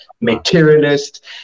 materialist